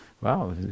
Wow